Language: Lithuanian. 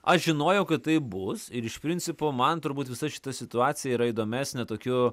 aš žinojau kad tai bus ir iš principo man turbūt visa šita situacija yra įdomesnė tokiu